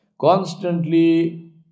Constantly